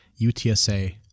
UTSA